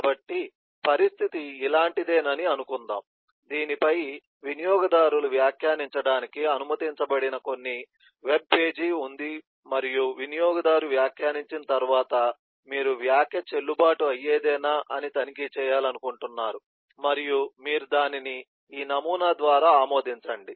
కాబట్టి పరిస్థితి ఇలాంటిదేనని అనుకుందాం దీనిపై వినియోగదారులు వ్యాఖ్యానించడానికి అనుమతించబడిన కొన్ని వెబ్పేజీ ఉంది మరియు వినియోగదారు వ్యాఖ్యానించిన తర్వాత మీరు వ్యాఖ్య చెల్లుబాటు అయ్యేదేనా అని తనిఖీ చేయాలనుకుంటున్నారు మరియు మీరు దానిని ఈ నమూనా ద్వారా ఆమోదించండి